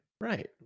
right